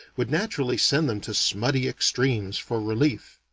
would naturally send them to smutty extremes for relief.